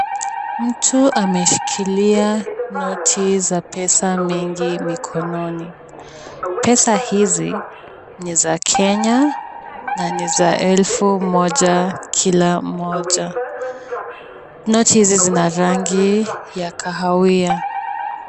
Mtu ameshikilia noti za pesa mingi mikononi. Pesa hizi ni za Kenya na ni za elfu moja kila moja. Noti hizi zina rangi ya kahawia.